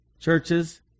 churches